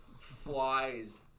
Flies